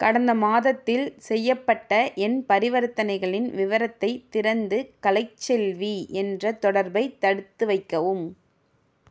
கடந்த மாதத்தில் செய்யப்பட்ட என் பரிவர்த்தனைகளின் விவரத்தைத் திறந்து கலைச்செல்வி என்ற தொடர்பை தடுத்துவைக்கவும்